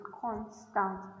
constant